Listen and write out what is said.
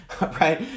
right